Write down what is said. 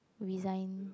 resign